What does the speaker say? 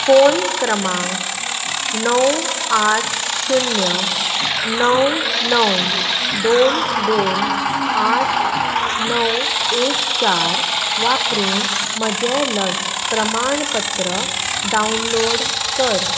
phone क्रमांक णव आठ शुन्य णव णव दोन दोन आठ णव एक चार वापरून म्हजें लस प्रमाणपत्र डावनलोड कर